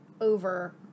over